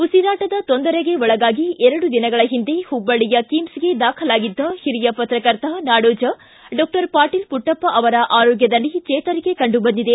ಉಸಿರಾಟದ ತೊಂದರೆಗೆ ಒಳಗಾಗಿ ಎರಡು ದಿನಗಳ ಒಂದೆ ಹುಬ್ಬಳ್ಳಿಯ ಕಿಮ್ಸ್ಗೆ ದಾಖಲಾಗಿದ್ದ ಹಿರಿಯ ಪತ್ರಕರ್ತ ನಾಡೋಜ ಡಾಕ್ಟರ್ ಪಾಟೀಲ ಪುಟ್ಟಪ್ಪ ಅವರ ಆರೋಗ್ಯದಲ್ಲಿ ಚೇತರಿಕೆ ಕಂಡು ಬಂದಿದೆ